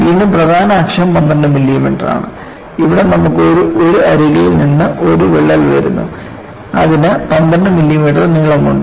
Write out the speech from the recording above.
വീണ്ടും പ്രധാന അക്ഷം 12 മില്ലിമീറ്ററാണ് ഇവിടെ നമുക്ക് ഒരു അരികിൽ നിന്ന് ഒരു വിള്ളൽ വരുന്നു അതിന് 12 മില്ലിമീറ്റർ നീളമുണ്ട്